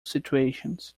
situations